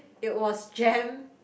it was jam